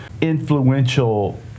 influential